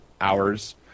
hours